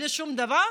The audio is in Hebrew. בלי שום דבר,